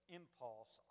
impulse